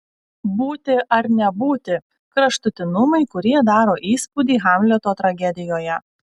būti ar nebūti kraštutinumai kurie daro įspūdį hamleto tragedijoje